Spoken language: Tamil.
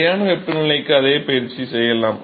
நிலையான வெப்பநிலைக்கு அதே பயிற்சியை செய்யலாம்